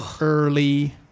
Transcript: early